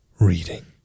reading